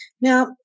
Now